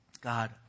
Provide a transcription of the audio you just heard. God